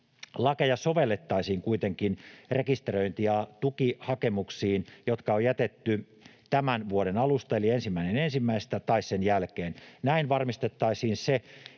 Lakeja sovellettaisiin kuitenkin rekisteröinti- ja tukihakemuksiin, jotka on jätetty tämän vuoden alusta eli 1.1. tai sen jälkeen. Näin varmistettaisiin se,